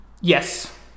yes